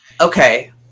okay